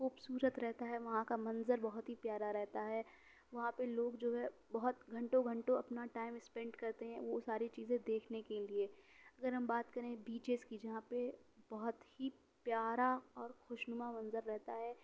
خوبصورت رہتا ہے وہاں کا منظر بہت ہی پیارا رہتا ہے وہاں پہ لوگ جو ہے بہت گھنٹوں گھنٹوں اپنا ٹائم اسپینڈ کرتے ہیں وہ ساری چیزیں دیکھنے کے لیے اگر ہم بات کریں بیچیز کی جہاں پہ بہت ہی پیارا اور خوشنما منظر رہتا ہے